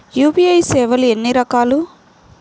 UPI సేవలు ఎన్నిరకాలు?